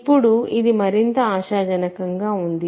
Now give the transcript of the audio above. ఇప్పుడు ఇది మరింత ఆశాజనకంగా ఉంది